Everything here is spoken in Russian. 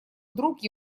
вдруг